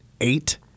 eight